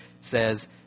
says